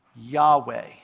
Yahweh